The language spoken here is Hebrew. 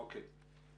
אוקיי.